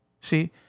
See